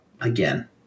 again